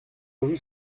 revue